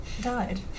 died